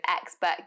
expert